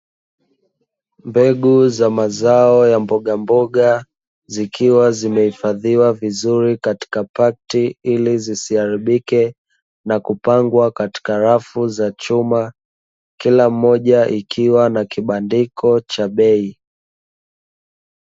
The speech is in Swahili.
Mbegu za mazao mbogamboga zikiwa zimehifadhiwa vizuri katika pakti ili zisiharibike na kupangwa katika rafu za chuma, lila moja ikiwa na kibandiko cha bei.